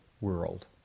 world